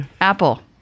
Apple